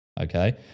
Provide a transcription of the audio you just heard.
Okay